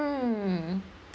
hmm